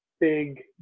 big